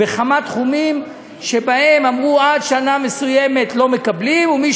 בכמה תחומים שבהם אמרו שעד שנה מסוימת לא מקבלים,